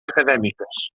acadèmiques